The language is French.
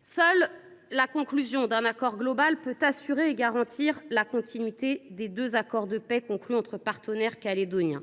Seule la conclusion d’un accord global peut assurer et garantir la continuité des deux accords de paix conclus entre partenaires calédoniens.